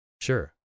Sure